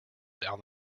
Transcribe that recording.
down